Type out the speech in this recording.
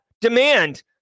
demand